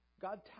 God